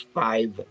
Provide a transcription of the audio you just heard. five